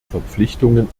verpflichtungen